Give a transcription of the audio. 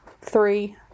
three